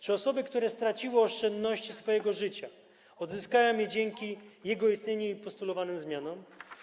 Czy osoby, które straciły oszczędności swojego życia, odzyskają je dzięki jego istnieniu i postulowanym zmianom?